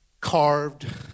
carved